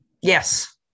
Yes